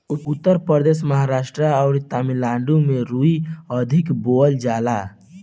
उत्तर प्रदेश, महाराष्ट्र अउरी तमिलनाडु में ऊख अधिका बोअल जाला